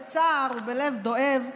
בצער ובלב דואב,